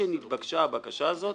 שנתבקשה הבקשה הזאת,